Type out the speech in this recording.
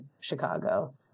Chicago